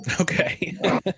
okay